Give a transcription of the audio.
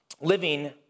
living